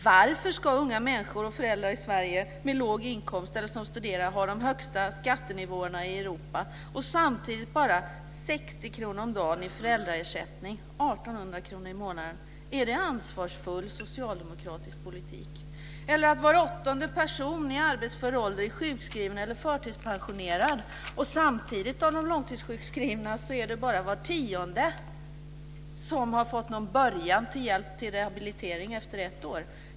Varför ska unga människor och föräldrar i Sverige med låg inkomst eller som studerar ha de högsta skattenivåerna i Europa och samtidigt bara 60 kr om dagen i föräldraersättning, 1 800 kr i månaden? Är det ansvarsfull socialdemokratisk politik? Var åttonde person i arbetsför ålder är sjukskriven eller förtidspensionerad och samtidigt är det bara var tionde av de långtidssjukskrivna som har fått någon början till hjälp till rehabilitering efter ett år.